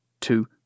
two